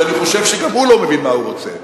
שאני חושב שגם הוא לא מבין מה הוא רוצה.